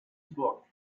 book